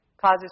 causes